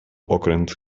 okręt